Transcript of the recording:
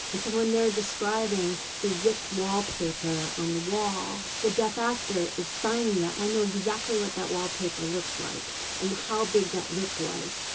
and so when they're describing the ripped wallpaper on the wall, the deaf actor is signing that and i know exactly what that wallpaper looks like and how big that rip was,